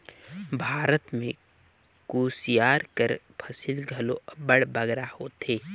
भारत में कुसियार कर फसिल घलो अब्बड़ बगरा होथे